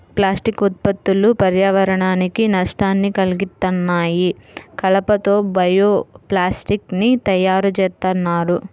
plastic ఉత్పత్తులు పర్యావరణానికి నష్టాన్ని కల్గిత్తన్నాయి, కలప తో బయో ప్లాస్టిక్ ని తయ్యారుజేత్తన్నారు